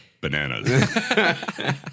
bananas